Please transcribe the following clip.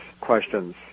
questions